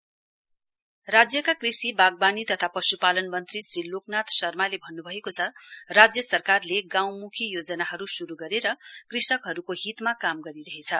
LN Sharma राज्यका कृषिबाग्वानी तथा पशु पालन मन्त्री श्री लोकसभा शर्माले भन्नुभएको छ राज्य सरकारले गाँउमुखी योजनाहरु शुरु गरेर कृषकहरुको हितमा काम गरिरहेछ